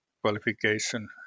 qualification